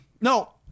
No